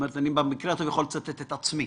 אני יכול לצטט את עצמי,